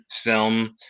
film